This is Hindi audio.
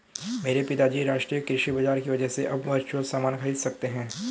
मेरे पिताजी राष्ट्रीय कृषि बाजार की वजह से अब वर्चुअल सामान खरीद सकते हैं